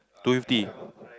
two fifty